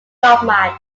kaufman